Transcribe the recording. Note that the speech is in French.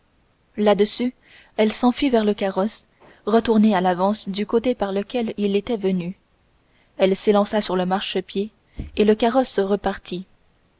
là-dessus elle s'enfuit vers le carrosse retourné à l'avance du côté par lequel il était venu elle s'élança sur le marchepied et le carrosse repartit